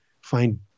find